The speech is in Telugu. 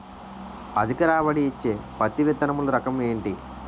అధిక రాబడి ఇచ్చే పత్తి విత్తనములు రకం ఏంటి?